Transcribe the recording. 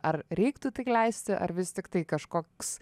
ar reiktų tai leisti ar vis tiktai kažkoks